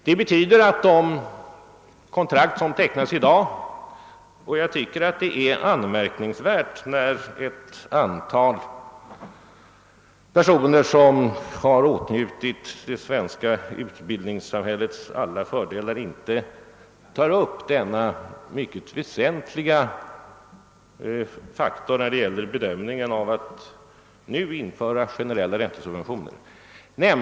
Det betyder att de kontrakt som tecknas i dag ger full täckning inte bara för produktionskostnaderna, ger inte bara utrymme för full avskrivning, utan täcker också, herr Ohlin, företagens finansieringskostnader, trots att varven i detta land inte får denna finansieringskostnad subventionerad.